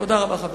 תודה רבה, חברים.